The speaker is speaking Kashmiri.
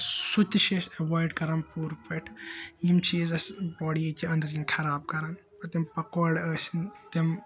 سُہ تہِ چھِ اَسۍ ایٚوایِڈ کَران پۄر پٲٹھۍ یِم چیٖز چھِ اَسہِ باڈی اَنٛدَرۍ کِنۍ خَراب کَران پتہٕ تِم پَکوڈ ٲسِن تِم